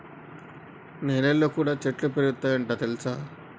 నెలల్లో కూడా చెట్లు పెరుగుతయ్ అంట తెల్సా